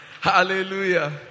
Hallelujah